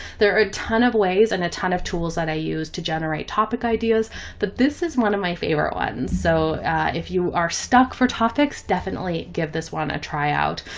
there are a ton of ways and a ton of tools that i use to generate topic ideas that this is one of my favorite ones. so if you are stuck for topics, definitely give this one a try out.